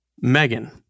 Megan